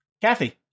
Kathy